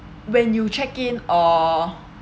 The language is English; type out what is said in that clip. when you check-in or